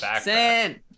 Sin